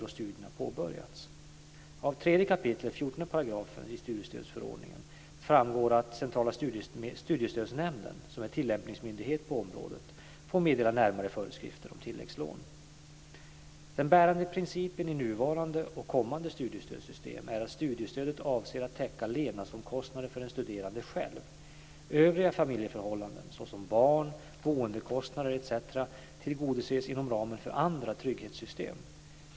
Av 3 kap. 12 § studiestödsförordningen Den bärande principen i nuvarande och kommande studiestödssystem är att studiestödet avser att täcka levnadsomkostnader för den studerande själv. Övriga familjeförhållanden såsom barn, boendekostnader etc. tillgodoses inom ramen för andra trygghetssystem.